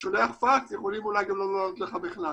כשאתה שולח פקס, יכולים אולי גם לא לענות לך בכלל.